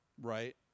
right